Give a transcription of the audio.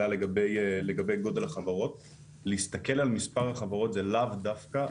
להסתכל על מספר החברות זה לאו דווקא הדבר הכי חשוב שצריך להסתכל עליו,